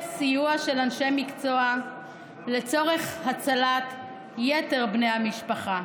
סיוע של אנשי מקצוע לצורך הצלת יתר בני המשפחה.